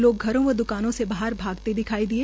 लोग घरों व द्कानों से बाहर भागते दिखाई दिए